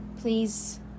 Please